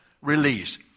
release